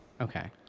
Okay